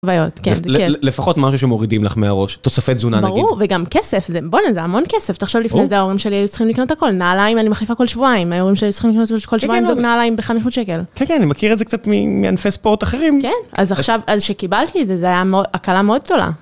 לפחות משהו שמורידים לך מהראש, תוספת תזונה נגיד. ברור, וגם כסף, בוא'נה זה המון כסף, תחשב לפני זה ההורים שלי היו צריכים לקנות הכל, נעליים, אני מחליפה כל שבועיים, ההורים שלי היו צריכים לקנות כל שבועיים זוג נעליים ב-500 שקל. כן, כן, אני מכיר את זה קצת מענפי ספורט אחרים. כן, אז עכשיו, אז שקיבלתי את זה, זו הייתה הקלה מאוד גדולה.